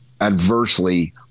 adversely